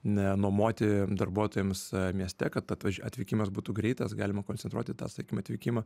ne nuomoti darbuotojams mieste kad tad atvykimas būtų greitas galima koncentruoti tą sakykim atvykimą